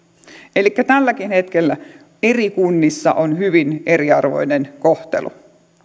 elikkä tälläkin hetkellä eri kunnissa on hyvin eriarvoinen kohtelu